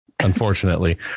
Unfortunately